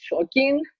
shocking